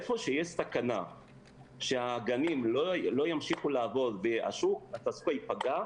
איפה שיש שהגנים לא ימשיכו לעבוד והשוק הזה ייפגע,